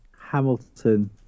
Hamilton